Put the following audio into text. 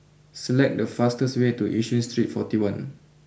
select the fastest way to Yishun Street forty one